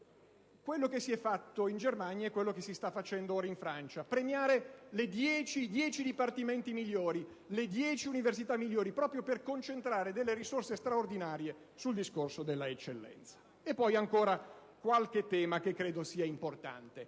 quello che si è fatto in Germania e che si sta facendo ora in Francia: premiare i dieci dipartimenti migliori e le dieci università migliori, proprio per concentrare risorse straordinarie sul tema dell'eccellenza. Vorrei poi soffermarmi ancora su qualche tema che credo sia importante.